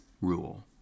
rule